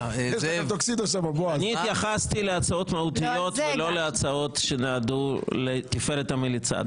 אני התייחסתי להצעות מהותיות ולא להצעות שנועדו לתפארת המליצה.